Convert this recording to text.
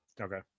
Okay